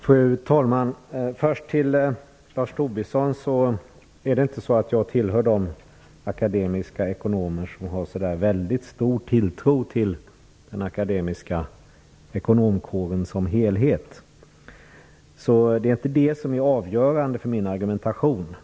Fru talman! Först till Lars Tobisson. Det är inte så att jag tillhör de akademiska ekonomer som har väldigt stor tilltro till den akademiska ekonomkåren som helhet. Det är alltså inte det som är avgörande för min argumentation.